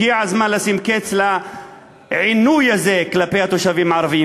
הגיע הזמן לשים קץ לעינוי הזה כלפי התושבים הערבים.